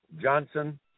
johnson